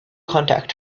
contact